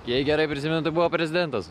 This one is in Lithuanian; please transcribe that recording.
jei gerai prisimenu tai buvo prezidentas